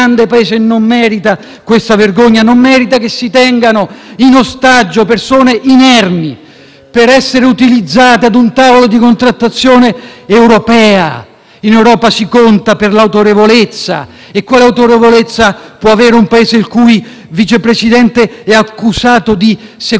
per essere utilizzate a un tavolo di contrattazione europea. In Europa si conta per l'autorevolezza e quale autorevolezza può avere un Paese il cui vice Presidente è accusato di sequestro di persona, di abuso di ufficio e di omissione di soccorso? *(Applausi della senatrice